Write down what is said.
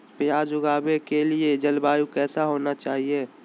प्याज उगाने के लिए जलवायु कैसा होना चाहिए?